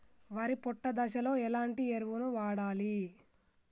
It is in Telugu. వరి పొట్ట దశలో ఎలాంటి ఎరువును వాడాలి?